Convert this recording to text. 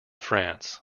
france